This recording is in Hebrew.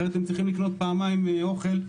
אחרת הם צריכים לקנות פעמיים ביום אוכל,